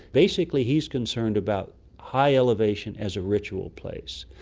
basically he's concerned about high elevation as a ritual place,